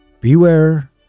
Beware